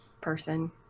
person